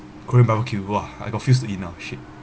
korean barbecue !wah! I got fuse to eat now shit